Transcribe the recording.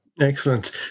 Excellent